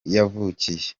yavukiye